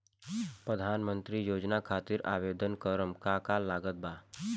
प्रधानमंत्री योजना खातिर आवेदन करम का का लागत बा?